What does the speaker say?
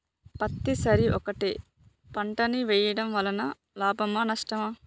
పత్తి సరి ఒకటే పంట ని వేయడం వలన లాభమా నష్టమా?